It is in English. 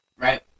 right